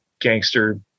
gangster